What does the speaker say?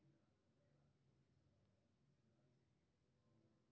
जमा पर्ची डॉउनलोड करब संभव छै, बस सही सॉफ्टवेयर हेबाक चाही